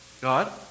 God